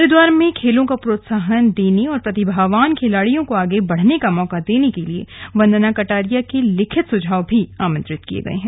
हरिद्वार में खेलों को प्रोत्साहन देने और प्रतिभावन खिलाड़ियों को आगे बढ़ने का मौका देने के लिए वंदना कटारिया के लिखित सुझाव भी आमंत्रित किये गए हैं